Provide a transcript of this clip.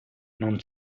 non